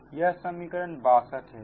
यह समीकरण 62 है